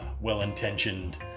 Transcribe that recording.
well-intentioned